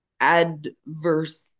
adverse